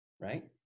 right